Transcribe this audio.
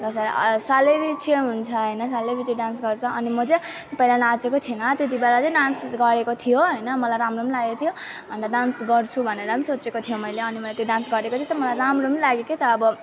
लोसर सालैपिछे हुन्छ हैन सालैपिछे डान्स गर्छ अनि म चाहिँ पहिला नाचेको थिइनँ त्यति बेला चाहिँ डान्स गरेको थियो हैन मलाई राम्रो पनि लागेको थियो अनि त डान्स गर्छु भनेर पनि सोचेको थियो मैले अनि मैले त्यो डान्स गरेको थियो त मलाई राम्रो पनि लाग्यो के त अब